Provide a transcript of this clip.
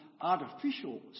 artificial